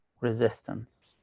resistance